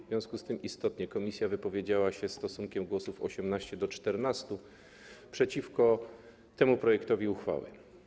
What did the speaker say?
W związku z tym istotnie komisja wypowiedziała się stosunkiem głosów 18 do 14 przeciwko temu projektowi uchwały.